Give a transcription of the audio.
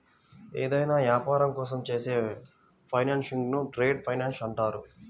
ఏదైనా యాపారం కోసం చేసే ఫైనాన్సింగ్ను ట్రేడ్ ఫైనాన్స్ అంటారు